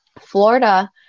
florida